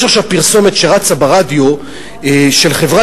יש עכשיו פרסומת שרצה ברדיו של חברת